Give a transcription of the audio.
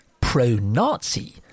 pro-Nazi